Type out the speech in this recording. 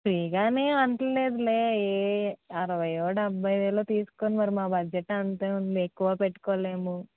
ఫ్రీగా అనేమి ఏం అంటలేదులే ఏ అరవై ఓ డెబ్బై వేలో తీసుకోండి మరి మా బడ్జెట్ అంతే ఉంది ఎక్కువ పెట్టుకోలేము